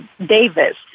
Davis